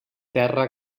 terra